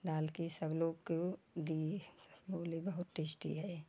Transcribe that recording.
डाल के सब लोग को दिए बोलें बहुत टेस्टी है